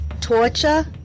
torture